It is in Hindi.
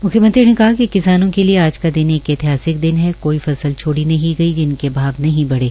म्ख्यमंत्री ने कहा कि किसानों के लिए आज का दिन एक ऐतिहासिक दिन है कोई फसल छोड़ी नहीं गई जिनके भाव नहीं बढ़े